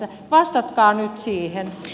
vastatkaa nyt siihen